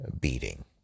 beating